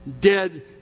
dead